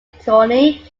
antoni